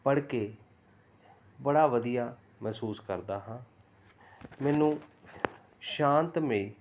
ਪੜ੍ਹ ਕੇ ਬੜਾ ਵਧੀਆ ਮਹਿਸੂਸ ਕਰਦਾ ਹਾਂ ਮੈਨੂੰ ਸ਼ਾਂਤਮਈ